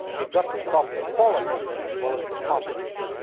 you've got to stop the qualitative as well as the quantitative.